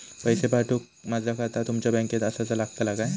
पैसे पाठुक माझा खाता तुमच्या बँकेत आसाचा लागताला काय?